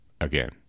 again